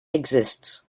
exists